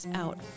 out